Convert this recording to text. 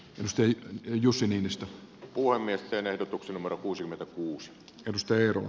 tästä ja jussi niinistö puuhamiesten ehdotuksen amor kuusikymmentäkuusi tunnustelu